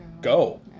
go